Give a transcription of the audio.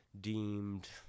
deemed